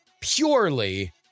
purely